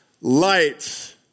light